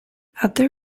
other